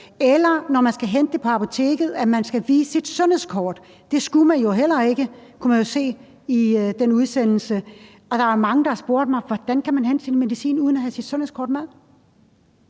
man, når man skal hente det på apoteket, skal vise sit sundhedskort. Det skulle man jo heller ikke, kunne man se i den udsendelse. Der er mange, der har spurgt mig, hvordan man kan hente sin medicin uden at have sit sundhedskort med.